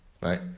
right